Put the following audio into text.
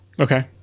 Okay